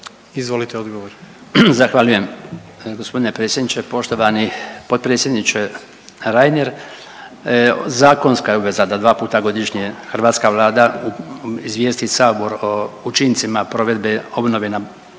Branko (HDZ)** Zahvaljujem g. predsjedniče. Poštovani potpredsjedniče Reiner, zakonska je obveza da dva puta godišnje hrvatska Vlada izvijesti Sabor o učincima provedbe obnove na